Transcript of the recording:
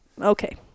okay